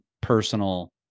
personal